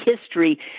history